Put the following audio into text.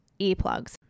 earplugs